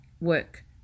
work